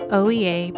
oea